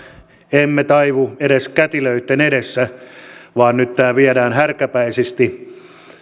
emme taivu edes kätilöitten edessä vaan nyt tämä viedään härkäpäisesti